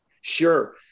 Sure